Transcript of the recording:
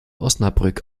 osnabrück